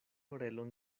orelon